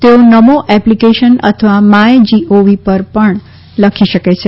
તેઓ નમો એપ્લિકેશન અથવા માયગોવ પર પણ લખી શકે છે